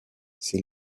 c’est